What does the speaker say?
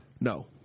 No